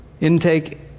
intake